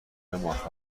موفق